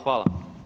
Hvala.